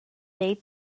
they